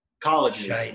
colleges